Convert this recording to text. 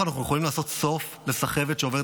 ככה אנחנו יכולים לעשות סוף לסחבת שעוברת